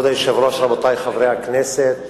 רבותי חברי הכנסת,